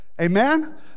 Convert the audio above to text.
amen